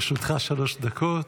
לרשותך שלוש דקות.